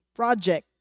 project